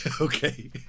Okay